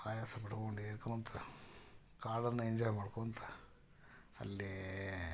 ಆಯಾಸ ಪಟ್ಕೊಂಡು ಏರ್ಕೊಳ್ತಾ ಕಾಡನ್ನು ಎಂಜಾಯ್ ಮಾಡ್ಕೊಳ್ತಾ ಅಲ್ಲಿ